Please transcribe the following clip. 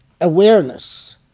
awareness